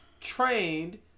trained